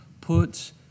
put